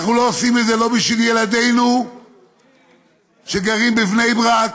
אנחנו לא עושים את זה לא בשביל ילדינו שגרים בבני ברק